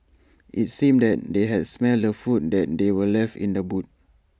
IT seemed that they had smelt the food that were left in the boot